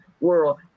world